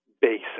basic